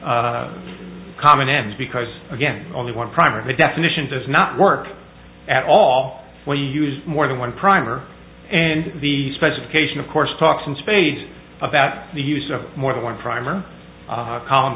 the common end because again only one primary definition does not work at all when you use more than one primer and the specification of course talks in spades about the use of more than one prime or column